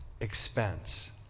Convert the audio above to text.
expense